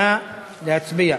נא להצביע.